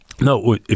No